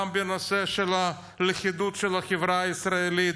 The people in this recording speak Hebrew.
גם בנושא של הלכידות של החברה הישראלית,